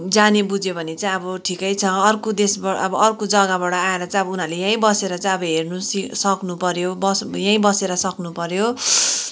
जान्यो बुझ्यो भने चाहिँ अब ठिकै छ अर्को देशबाट अब अर्को जग्गाबाट आएर चाहिँ अब उनीहरूले यहीँ बसेर चाहिँ अब हेर्नु सि सक्नुपऱ्यो बस यहीँ बसेर सक्नुपऱ्यो